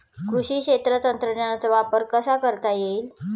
कृषी क्षेत्रात तंत्रज्ञानाचा वापर कसा करता येईल?